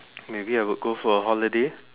maybe I would go for a holiday